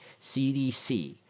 CDC